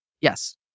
Yes